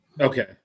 Okay